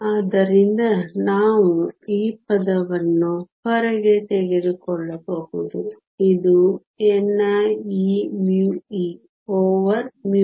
ಆದ್ದರಿಂದ ನಾವು ಈ ಪದವನ್ನು ಹೊರಗೆ ತೆಗೆದುಕೊಳ್ಳಬಹುದು ಇದು ni e μe over μh